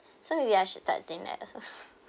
so maybe I should starting like also